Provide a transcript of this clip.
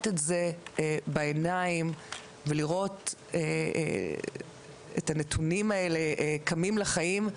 את זה בעיניים ולראות את הנתונים האלה קמים לחיים,